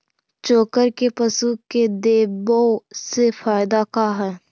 चोकर के पशु के देबौ से फायदा का है?